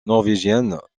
norvégienne